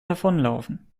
davonlaufen